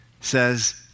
says